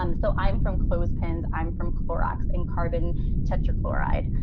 um so i'm from clothespins. i'm from clorox and carbon tetrachloride.